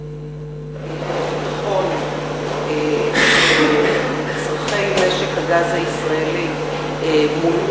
שכל עוד לא יהיה ביטחון שצורכי משק הגז הישראלי מולאו,